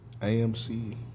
AMC